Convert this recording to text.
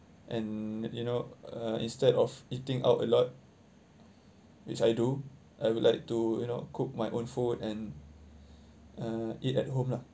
and you know uh instead of eating out a lot which I do I would like to you know cook my own food and uh eat at home lah